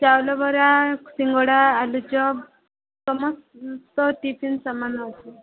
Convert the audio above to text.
ଚାଉଳ ବରା ସିଙ୍ଗଡ଼ା ଆଳୁଚପ୍ ସମସ୍ତ ତ ଟିଫିନ ସମାନ ରହୁଛି